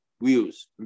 wheels